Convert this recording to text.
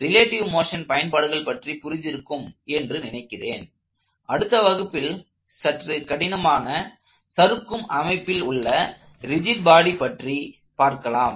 relative motion பயன்பாடுகள் பற்றி புரிந்திருக்கும் என்று நினைக்கிறேன் அடுத்த வகுப்பில் சற்று கடினமான சறுக்கும் அமைப்பிலுள்ள ரிஜிட் பாடி பற்றி பார்க்கலாம்